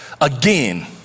Again